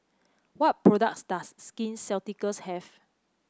what products does Skin Ceuticals have